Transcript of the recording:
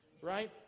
right